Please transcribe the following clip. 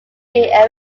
being